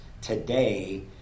today